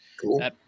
Cool